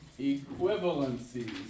equivalencies